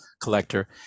collector